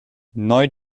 neu